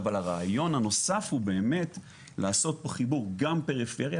הרעיון הנוסף הוא באמת פה חיבור גם פריפריה